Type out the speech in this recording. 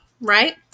right